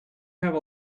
have